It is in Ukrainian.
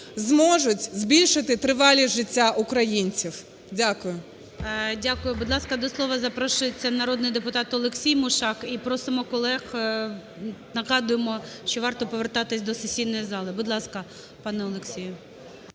зможуть збільшити тривалість життя українців. Дякую. ГОЛОВУЮЧИЙ. Дякую. Будь ласка, до слова запрошується народний депутат Олексій Мушак. І просимо колег, нагадуємо, що варто повертатись до сесійної зали. Будь ласка, пане Олексію.